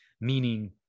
meaning